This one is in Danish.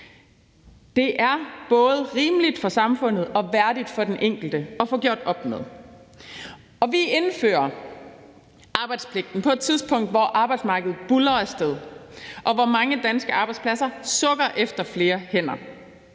Det er både rimeligt for samfundet og værdigt for den enkelte at få gjort op med. Vi indfører arbejdspligten på et tidspunkt, hvor arbejdsmarkedet buldrer af sted, og hvor mange danske arbejdspladser sukker efter flere hænder.